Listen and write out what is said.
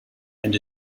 and